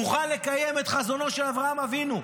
מוכן לקיים את חזונו של אברהם אבינו,